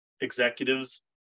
executives